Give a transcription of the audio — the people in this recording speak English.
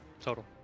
Total